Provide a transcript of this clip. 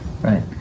Right